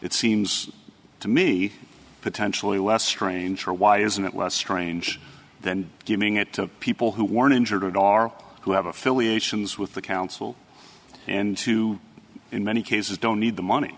it seems to me potentially less strange or why isn't it less strange than giving it to people who weren't injured and are who have affiliations with the council and to in many cases don't need the money